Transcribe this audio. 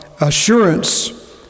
Assurance